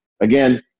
Again